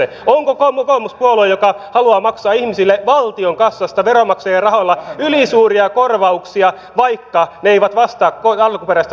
onko kokoomus puolue joka haluaa maksaa ihmisille valtion kassasta veronmaksajien rahoilla ylisuuria korvauksia vaikka ne eivät vastaa alkuperäistä tarkoitustaan